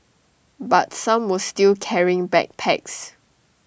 but some were still carrying backpacks